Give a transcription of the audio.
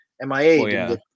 Mia